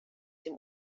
dem